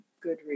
good